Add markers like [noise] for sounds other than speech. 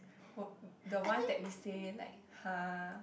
[noise] the ones that we say like !huh!